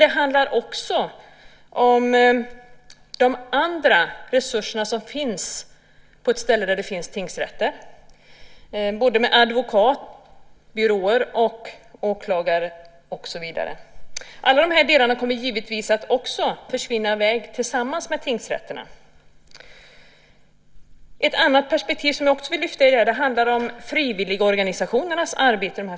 Det handlar också om de andra resurserna som finns på ett ställe där det finns tingsrätter, som advokatbyråer, åklagare och så vidare. Alla de här delarna kommer givetvis också att försvinna tillsammans med tingsrätterna. Ett annat perspektiv jag vill lyfta fram handlar om frivilligorganisationernas arbete.